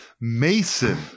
Mason